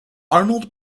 arnold